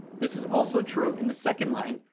this is also true in the second line,